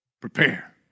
prepare